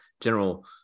general